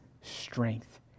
strength